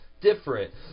different